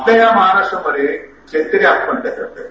आपल्या या महाराष्ट्रामध्ये शेतकरी आत्महत्या करतायत